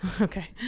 Okay